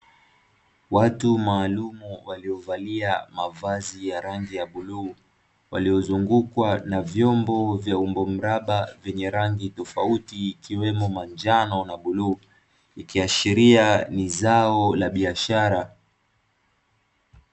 Watu maalumu waliovalia mavazi ya rangi ya bluu, waliozungukwa na vyombo vya umbo mraba vyenye rangi tofauti, ikiwemo manjano na bluu; ikiashiria ni zao la biashara.